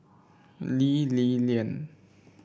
Lee Li Lian